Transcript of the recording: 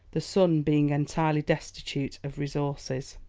the son being entirely destitute of resources.